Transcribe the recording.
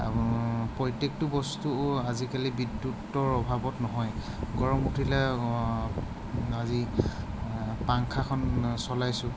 প্ৰত্যেকটো বস্তু আজিকালি বিদ্যুতৰ অভাৱত নহয় গৰম উঠিলে আজি পাংখাখন চলাইছোঁ